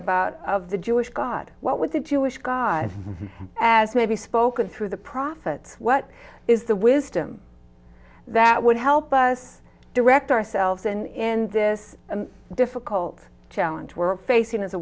about of the jewish god what would the jewish god as they be spoken through the prophets what is the wisdom that would help us direct ourselves in this difficult challenge we're facing as a